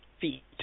feet